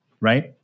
right